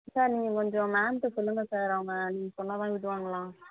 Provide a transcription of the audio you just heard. sir நீங்கள் கொஞ்சம் மேம்கிட்ட சொல்லுங்க சார் அவங்க நீங்கள் சொன்னால்தான் விடுவாங்களாம்